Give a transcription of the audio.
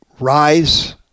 rise